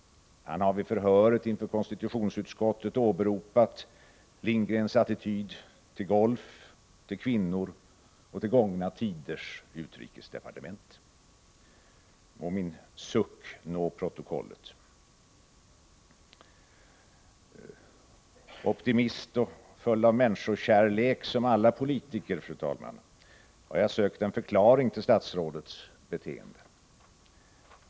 Han har vid förhöret inför konstitutionsutskottet åberopat Lindgrens attityd till golf, till kvinnor och till gångna tiders utrikesdepartement. Må min suck nå protokollet. Optimist och full av människokärlek, som alla politiker, fru talman, har jag sökt en förklaring till statsrådets beteende.